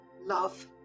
love